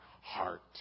heart